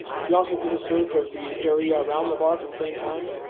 he also did a search of the area around the bar for the same time.